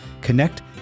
connect